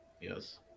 Yes